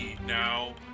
Now